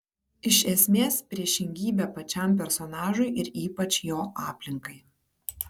iš esmės priešingybė pačiam personažui ir ypač jo aplinkai